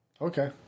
Okay